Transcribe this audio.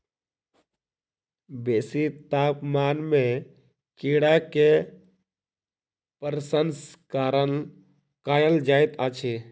बेसी तापमान में कीड़ा के प्रसंस्करण कयल जाइत अछि